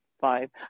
five